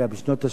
זה בשנות ה-80,